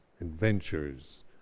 adventures